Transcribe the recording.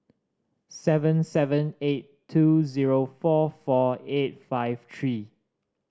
seven seven eight two zero four four eight five three